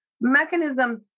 Mechanisms-